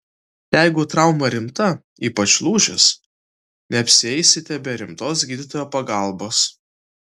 jeigu trauma rimta ypač lūžis neapsieisite be rimtos gydytojo pagalbos